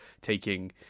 taking